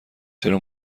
چرا